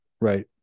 right